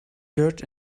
dirt